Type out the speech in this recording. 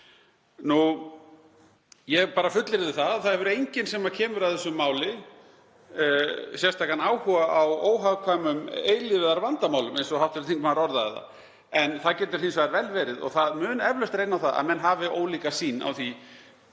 fyrir. Ég fullyrði að það hefur enginn sem kemur að því máli sérstakan áhuga á óhagkvæmum eilífðarvandamálum eins og hv. þingmaður orðaði það. En það getur hins vegar vel verið, og það mun eflaust reyna á það, að menn hafi ólíka sýn á það